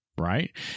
Right